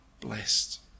blessed